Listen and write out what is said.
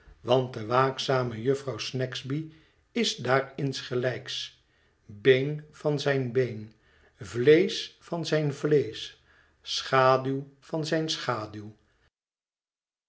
want de waakzame jufvrouw snagsby is daar insgelijks been van zijn been vleesch van zijn vleesch schaduw van zijne schaduw